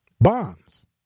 Bonds